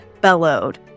bellowed